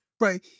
Right